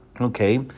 Okay